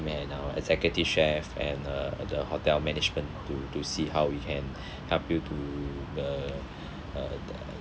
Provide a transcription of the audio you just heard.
and our executive chef and uh the hotel management to to see how we can help you to uh uh